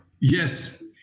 yes